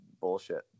bullshit